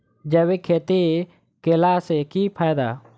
जैविक खेती केला सऽ की फायदा?